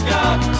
God